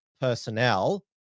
personnel